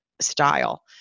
style